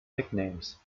nicknames